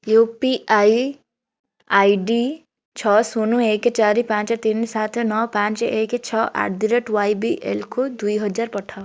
you P I I D ଛଅ ଶୂନ ଏକେ ଚାରି ପାଞ୍ଚେ ତିନି ସାତେ ନଅ ପାଞ୍ଚେ ଏକେ ଛଅ ଆଟ୍ ଦି ରେଟ୍ ଓ୍ୱାଇବିଏଲକୁ ଦୁଇ ହଜାର ପଠାଅ